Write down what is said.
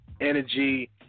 energy